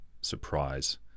surprise